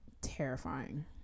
terrifying